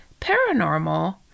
paranormal